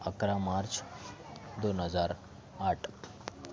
अकरा मार्च दोन हजार आठ